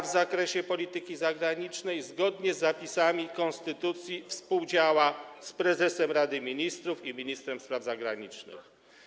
W zakresie polityki zagranicznej, zgodnie z zapisami konstytucji, współdziała z prezesem Rady Ministrów i ministrem spraw zagranicznych.